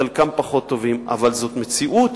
חלקם פחות טובים, אבל זו מציאות